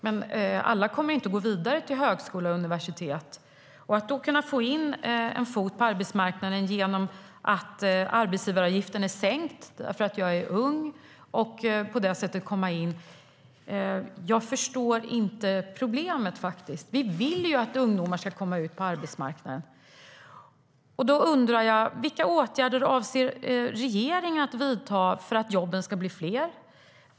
Men alla kommer inte att gå vidare till högskola och universitet. Jag förstår inte problemet med att då kunna få in en fot på arbetsmarknaden genom att arbetsgivaravgiften är sänkt därför att jag är ung och på det sättet kan komma in. Vi vill ju att ungdomar ska komma ut på arbetsmarknaden. Vilka åtgärder avser regeringen att vidta för att jobben ska bli fler?